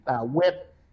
whip